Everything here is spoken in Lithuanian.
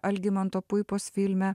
algimanto puipos filme